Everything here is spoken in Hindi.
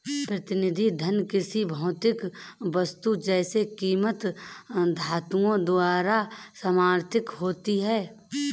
प्रतिनिधि धन किसी भौतिक वस्तु जैसे कीमती धातुओं द्वारा समर्थित होती है